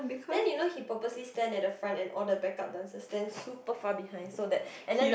then you know he purposely stand at the front and all the back up dancers stand super far behind so that and then the